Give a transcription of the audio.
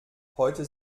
heute